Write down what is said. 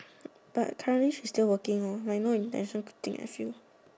but currently she's still working lor like no intention to take I feel